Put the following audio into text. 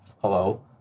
hello